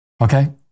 Okay